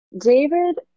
David